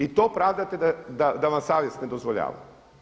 I to pravdate da vam savjest ne dozvoljava.